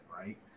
right